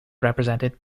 represented